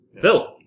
Phil